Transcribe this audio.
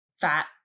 fat